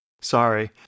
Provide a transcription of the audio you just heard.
Sorry